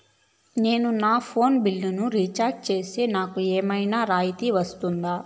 నా ఫోను బిల్లును recharge recharge సేస్తే, నాకు ఏమన్నా రాయితీ వస్తుందా?